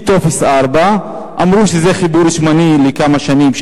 טופס 4. אמרו שזה חיבור זמני לכמה שנים,